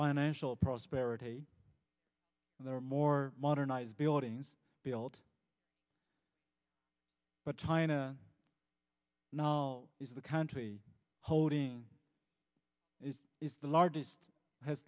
financial prosperity and there are more modern buildings built but china now is the country holding it is the largest has